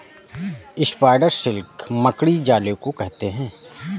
spider silk मकड़ी जाले को कहते हैं